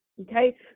okay